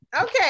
Okay